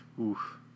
Oof